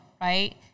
right